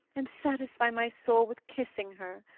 and satisfy my soul with kissing her